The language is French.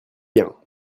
bien